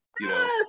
yes